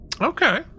Okay